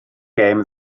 gêm